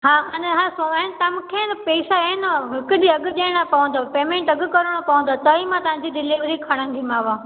हा अने हा सोनाइन तव्हां मुखे पेसा आहे न हिकु ॾींहुं अॻु ॾियणा पवंदव पेमेंट अॻु करणा पवंदो त ई मां तव्हांजी डिलीवरी खणंदीमाव